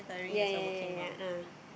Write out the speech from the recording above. yea yea yea yea ah